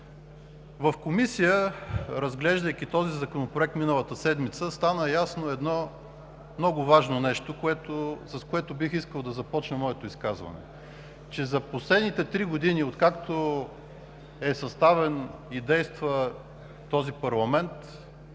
В Комисията, разглеждайки този законопроект миналата седмица, стана ясно много важно нещо, с което бих искал да започна моето изказване. За последните три години, откакто е съставен и действа този парламент